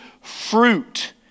fruit